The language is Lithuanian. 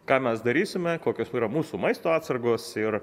ką mes darysime kokios yra mūsų maisto atsargos ir